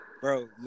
Bro